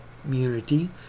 community